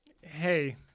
Hey